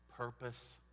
purpose